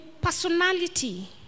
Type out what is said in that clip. personality